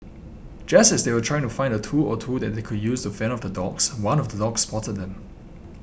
just as they were trying to find a tool or two that they could use to fend off the dogs one of the dogs spotted them